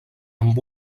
amb